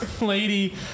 Lady